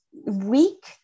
weak